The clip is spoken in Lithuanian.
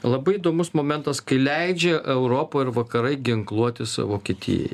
labai įdomus momentas kai leidžia europa ir vakarai ginkluotis vokietijai